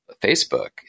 Facebook